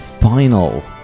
Final